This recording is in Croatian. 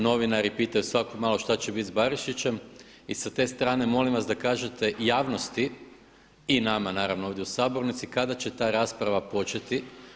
Novinari pitaju svako malo šta će bit s Barišićem i sa te strane molim vas da kažete javnosti i nama naravno ovdje u sabornici kada će ta rasprava početi.